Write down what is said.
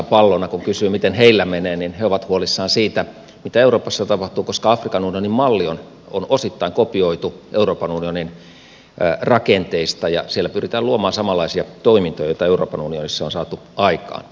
kun kysyy miten heillä menee niin he ovat huolissaan siitä mitä euroopassa tapahtuu koska afrikan unionin malli on osittain kopioitu euroopan unionin rakenteista ja siellä pyritään luomaan samanlaisia toimintoja joita euroopan unionissa on saatu aikaan